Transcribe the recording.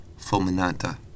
Fulminata